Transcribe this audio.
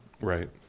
Right